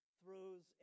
throws